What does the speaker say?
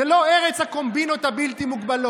זו לא ארץ הקומבינות הבלתי-מוגבלות.